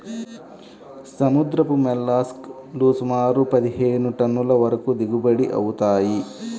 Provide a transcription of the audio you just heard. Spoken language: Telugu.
సముద్రపు మోల్లస్క్ లు సుమారు పదిహేను టన్నుల వరకు దిగుబడి అవుతాయి